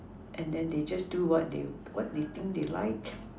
and then they just do what they what they think they like